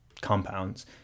compounds